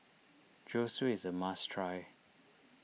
Zosui is a must try